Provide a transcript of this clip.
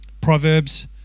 Proverbs